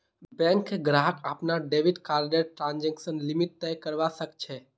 bank ग्राहक अपनार debit कार्डर ट्रांजेक्शन लिमिट तय करवा सख छ